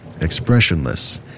expressionless